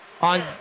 on